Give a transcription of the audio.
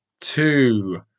two